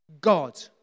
God